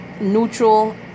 neutral